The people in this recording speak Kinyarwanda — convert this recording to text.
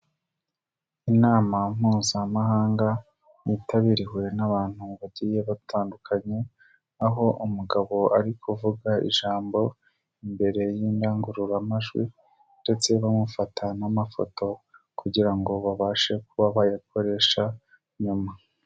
Inama mpuzamahanga yitabiriweye n'abantu bagiye batandukanye, aho umugabo ari kuvuga ijambo imbere y'indangururamajwi ndetse bamufata n'amafoto kugira ngo babashe kuba bayakoresha nyuma.